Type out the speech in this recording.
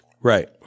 Right